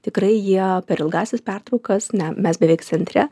tikrai jie per ilgąsias pertraukas ne mes beveik centre